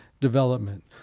development